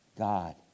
God